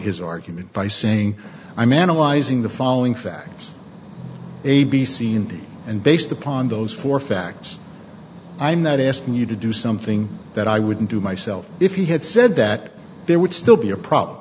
his argument by saying i man i'm lising the following facts a b c indeed and based upon those four facts i'm not asking you to do something that i wouldn't do myself if he had said that there would still be a problem